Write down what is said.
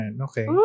Okay